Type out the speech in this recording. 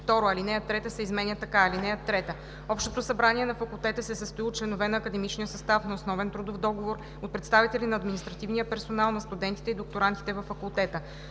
2. Алинея 3 се изменя така: „(3) Общото събрание на факултета се състои от членове на академичния състав на основен трудов договор, от представители на административния персонал, на студентите и докторантите във факултета.